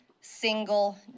single